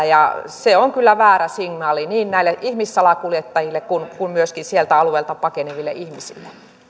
ja se on kyllä väärä signaali niin näille ihmissalakuljettajille kuin myöskin sieltä alueilta pakeneville ihmisille